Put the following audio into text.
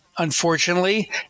unfortunately